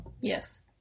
Yes